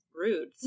rude